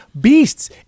beasts